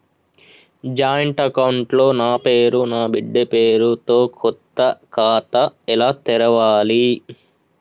Joint account లో నా పేరు నా బిడ్డే పేరు తో కొత్త ఖాతా ఎలా తెరవాలి?